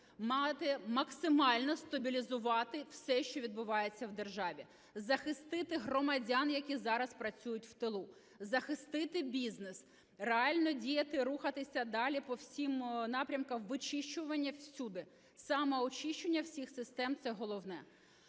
Маєте максимально стабілізувати все, що відбувається в державі, захистити громадян, які зараз працюють в тилу, захистити бізнес. Реально діяти, рухатися далі по всім напрямкам, вичищування всюди. Самоочищення всіх систем – це головне.